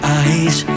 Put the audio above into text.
eyes